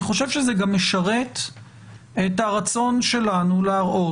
אני חושב שזה גם משרת את הרצון שלנו להראות